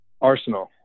arsenal